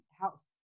house